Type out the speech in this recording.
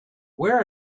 where